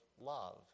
love